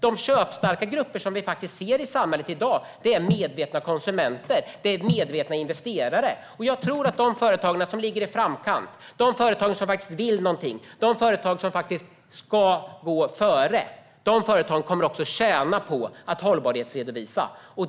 De köpstarka grupper som vi ser i samhället i dag är medvetna konsumenter och medvetna investerare. Jag tror att de företag som ligger i framkant, vill någonting och ska gå före kommer att också att tjäna på att hållbarhetsredovisa.